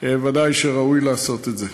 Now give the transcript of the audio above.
ודאי ראוי לעשות את זה.